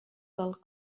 del